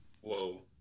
Whoa